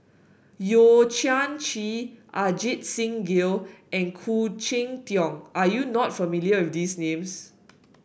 Yeo Kian Chye Ajit Singh Gill and Khoo Cheng Tiong are you not familiar with these names